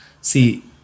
see